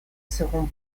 seront